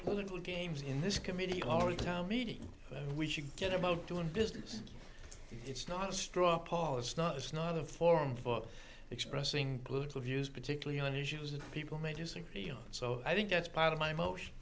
political games in this committee power town meeting we should get about doing business it's not a straw poll it's not it's not a forum for expressing political views particularly on issues that people may disagree on so i think that's part of my motion